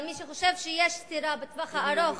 אבל מי שחושב שיש סתירה, בטווח הארוך,